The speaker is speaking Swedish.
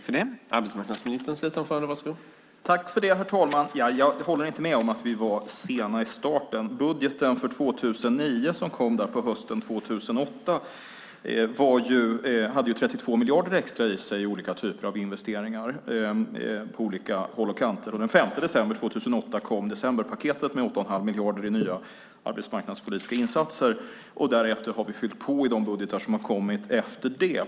Herr talman! Jag håller inte med om att vi var sena i starten. Budgeten för 2009 som kom på hösten 2008 hade 32 miljarder extra för olika typer av investeringar på olika håll och kanter. Den 5 december 2008 kom decemberpaketet med 8 1⁄2 miljarder i nya arbetsmarknadspolitiska insatser. Därefter har vi fyllt på i de budgetar som har kommit efter det.